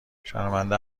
شرمنده